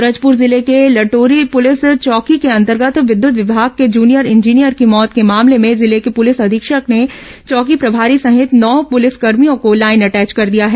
सूरजपुर जिले के लटोरी पुलिस चौकी के अंतर्गत विद्युत विमाग के जूनियर इंजीनियर की मौत के मामले में जिले के पुलिस अधीक्षक ने चौकी प्रभारी सहित नौ पुलिसकर्मियों को लाइन अटैच कर दिया है